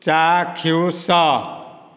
ଚାକ୍ଷୁଷ